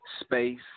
space